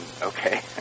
Okay